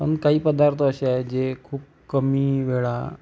आणि काही पदार्थ असे आहे जे खूप कमी वेळा